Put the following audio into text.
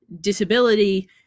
disability